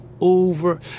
over